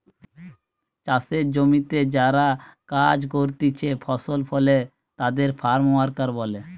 চাষের জমিতে যারা কাজ করতিছে ফসল ফলে তাদের ফার্ম ওয়ার্কার বলে